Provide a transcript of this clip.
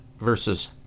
versus